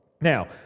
Now